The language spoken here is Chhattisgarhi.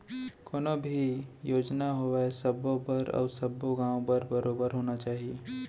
कोनो भी योजना होवय सबो बर अउ सब्बो गॉंव बर बरोबर होना चाही